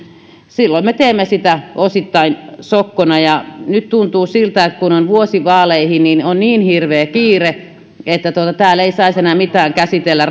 silloin me teemme sitä osittain sokkona nyt tuntuu siltä että kun on vuosi vaaleihin niin on niin hirveä kiire että täällä ei saisi enää mitään käsitellä